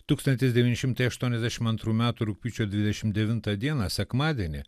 tūkstantis devyni šimtai aštuoniasdešim antrų metų rugpjūčio dvidešim devintą dieną sekmadienį